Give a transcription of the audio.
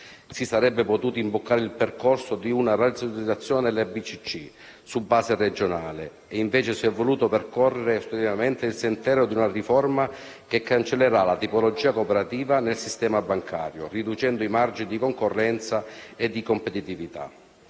Si sarebbe potuto imboccare il percorso di una razionalizzazione delle BCC su base regionale, invece si è voluto percorrere ostinatamente il sentiero di una riforma che cancellerà la tipologia cooperativa nel sistema bancario, riducendo i margini di concorrenza e di competitività.